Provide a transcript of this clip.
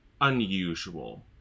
unusual